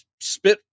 spit